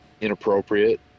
inappropriate